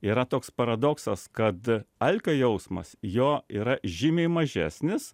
yra toks paradoksas kad alkio jausmas jo yra žymiai mažesnis